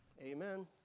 Amen